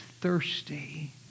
thirsty